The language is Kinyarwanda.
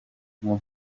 nko